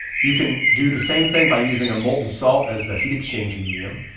you can do the same thing by using a molten salt as the heat exchange medium,